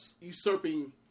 usurping